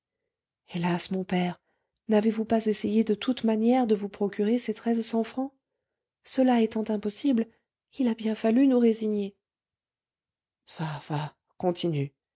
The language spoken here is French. hélas mon père n'avez-vous pas essayé de toutes manières de vous procurer ces treize cents francs cela étant impossible il a bien fallu nous résigner va va continue